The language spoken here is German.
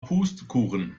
pustekuchen